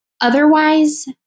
Otherwise